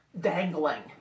dangling